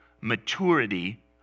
maturity